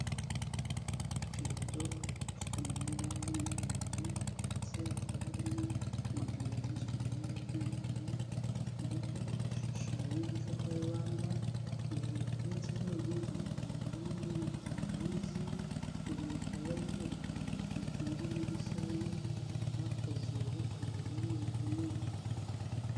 Ikarito ifite amabara y'umuhondo ndetse hakaba harimo amagambo yanditswe mu ibara ry'umukara, hariho ishusho y'igikakarubamba, hejuru hateretseho ibindi bintu wagira ngo ni tangawizi, imbere bakaba bari kwerekana utuntu tumeze nk'udusabube, bakoze bakuye muri ibi bimera.